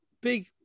big